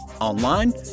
online